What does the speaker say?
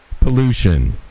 Pollution